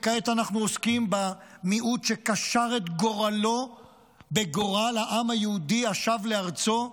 וכעת אנחנו עוסקים במיעוט שקשר את גורלו בגורל העם היהודי השב לארצו,